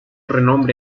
renombre